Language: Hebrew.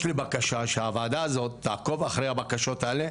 יש לי בקשה שהוועדה הזאת תעקוב אחרי הבקשות האלו,